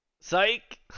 Psych